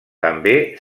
també